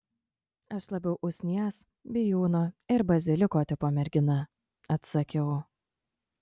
aš labiau usnies bijūno ir baziliko tipo mergina atsakiau